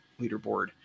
leaderboard